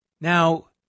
Now